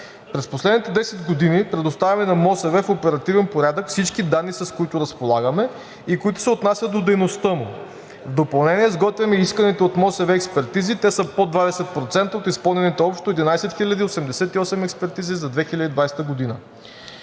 През последните 10 години предоставяме на МОСВ в оперативен порядък всички данни, с които разполагаме и които се отнасят до дейността му. В допълнение изготвяме и исканите от МОСВ експертизи, те са под 20% в изпълнените общо 11 088 експертизи за 2020 г.